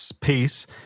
peace